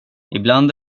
ibland